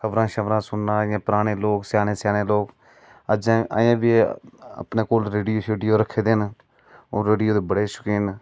खबरां शबरां सुनना इयां पुराने लोक स्याने स्याने लोक अजैं अयें बी अपने कौल रेडियो शेडियो रखदे हे ओह् रेडियो दे बढ़े शौकीन न